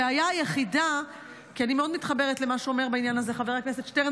אני מאוד מתחברת למה שאומר בעניין הזה חבר הכנסת שטרן,